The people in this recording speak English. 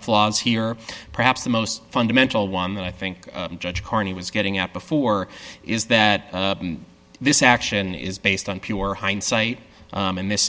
flaws here perhaps the most fundamental one that i think judge carney was getting at before is that this action is based on pure hindsight and this